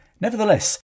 Nevertheless